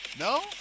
No